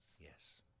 Yes